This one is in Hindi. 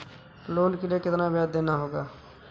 लोन के लिए कितना ब्याज देना होगा?